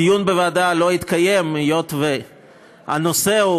הדיון בוועדה לא התקיים היות שהנושא הוא